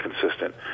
consistent